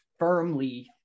firmly